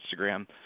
Instagram